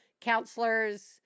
counselors